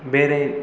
बेराय